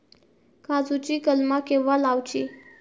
काजुची कलमा केव्हा लावची?